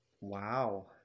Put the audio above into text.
Wow